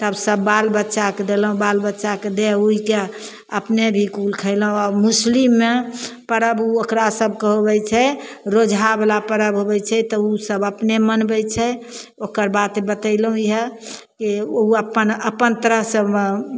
तब सब बाल बच्चाके देलहुँ बाल बच्चाके दै उके अपने भी कुल खएलहुँ आओर मुसलिममे परब ओ ओकरा सभके होबै छै रोजावला परब होबै छै तऽ ओसभ अपने मनबै छै ओकर बात तऽ बतैलहुँ इएह ओ कि अपन तरहसे हम